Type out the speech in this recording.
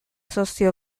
sozio